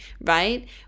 right